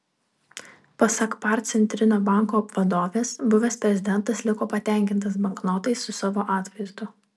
pasak par centrinio banko vadovės buvęs prezidentas liko patenkintas banknotais su savo atvaizdu